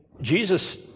Jesus